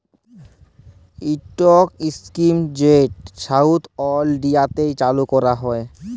ইকট ইস্কিম যেট সাউথ ইলডিয়াতে চালু ক্যরা হ্যয়